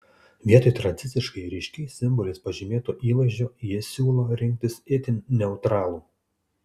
vietoj tradiciškai ryškiais simboliais pažymėto įvaizdžio ji siūlo rinktis itin neutralų